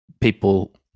people